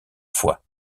fois